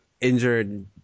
injured